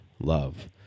love